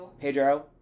Pedro